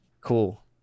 Cool